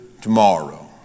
tomorrow